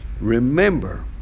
remember